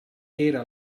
era